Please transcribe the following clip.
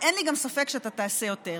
אין לי גם ספק שאתה תעשה יותר.